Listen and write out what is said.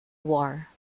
war